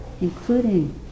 including